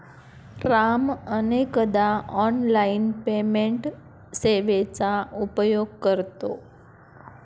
राम अनेकदा online payment सेवेचा उपयोग करतो